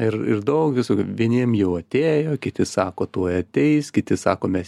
ir ir daug visokių vieniem jau atėjo kiti sako tuoj ateis kiti sako mes